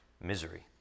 misery